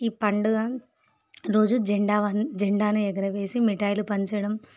ఈ పండుగ రోజు జెండావన్ జెండాను ఎగరవేసి మిఠాయిలు పంచడం